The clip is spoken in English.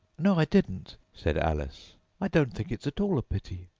no, i didn't said alice i don't think it's at all a pity.